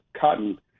cotton